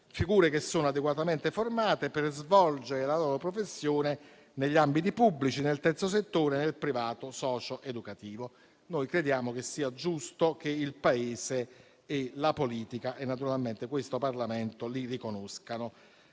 figure che sono adeguatamente formate per svolgere la loro professione negli ambiti pubblici, nel terzo settore, nel privato socio-educativo. Noi crediamo che sia giusto che il Paese, la politica e questo Parlamento li riconoscano.